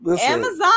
Amazon